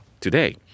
Today